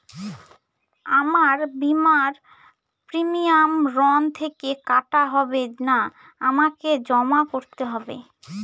আমার বিমার প্রিমিয়াম ঋণ থেকে কাটা হবে না আমাকে জমা করতে হবে?